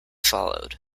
followed